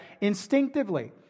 instinctively